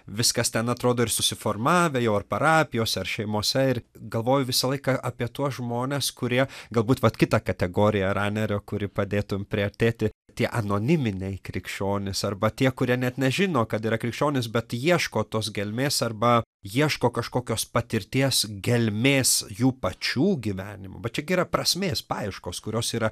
viskas ten atrodo ir susiformavę jau ar parapijose ar šeimose ir galvojau visą laiką apie tuos žmones kurie galbūt vat kita kategorija ranerio kuri padėtų priartėti tie anoniminiai krikščionys arba tie kurie net nežino kad yra krikščionys bet ieško tos gelmės arba ieško kažkokios patirties gelmės jų pačių gyvenimo bet čia gi yra prasmės paieškos kurios yra